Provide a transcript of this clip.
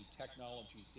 technology